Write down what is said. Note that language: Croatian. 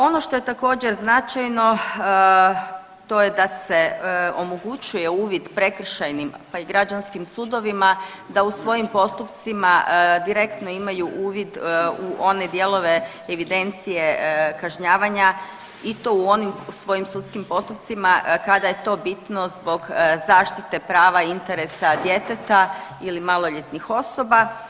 Ono što je također značajno to je da se omogućuje uvid prekršajnim, pa i građanskim sudovima da u svojim postupcima direktno imaju uvid u one dijelove evidencije kažnjavanja i to u onim svojim sudskim postupcima kada je to bitno zbog zaštite prava i interesa djeteta ili maloljetnih osoba.